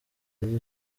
byiza